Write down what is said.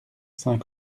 saint